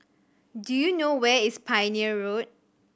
do you know where is Pioneer Road